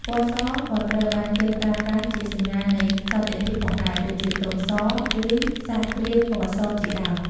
ពណ៌សក៏ត្រូវបានគេប្រើប្រាស់ជាសញ្ញានៃសន្តិភាពផងដែរ ដូចជាទង់ស ឬសត្វព្រាបពណ៌សជាដើម។